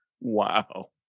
wow